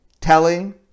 telling